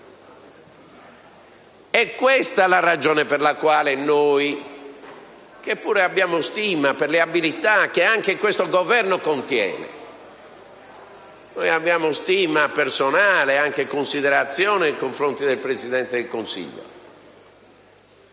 i problemi del Paese. Noi abbiamo stima per le abilità che anche questo Governo contiene; abbiamo stima personale ed anche considerazione nei confronti del Presidente del Consiglio.